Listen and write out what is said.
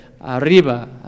arriba